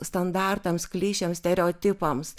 standartams klišėms stereotipams